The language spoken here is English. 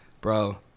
Bro